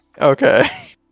Okay